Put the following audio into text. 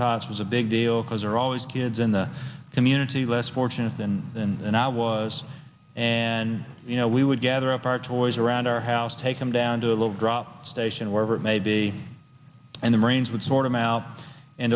tots was a big deal because they're always kids in the community less fortunate than than than i was and you know we would gather up our toys around our house take them down to a little drop station wherever it may be and the marines would sort